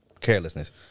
carelessness